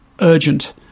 urgent